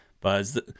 buzz